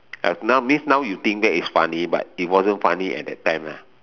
uh now means now you think back it's funny but it wasn't funny at that time lah